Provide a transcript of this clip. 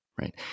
right